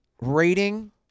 rating